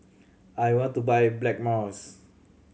I want to buy Blackmores